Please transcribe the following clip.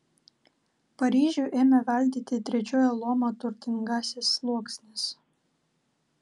paryžių ėmė valdyti trečiojo luomo turtingasis sluoksnis